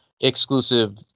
exclusive